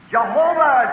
Jehovah